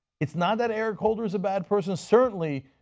it's not that eric holder is a bad person, certainly